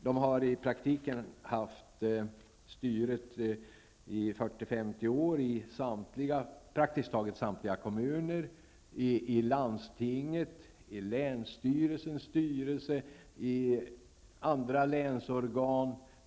De har i praktiken haft styret i 40--50 år i praktiskt taget samtliga kommuner, i landstinget, i länsstyrelsens styrelse och i andra länsorgan.